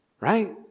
Right